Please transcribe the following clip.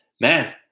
man